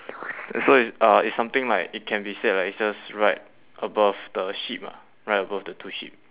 and so is uh it's something like it can be said like it's just right above the sheep ah right above the two sheep